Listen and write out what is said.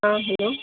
हँ हेलो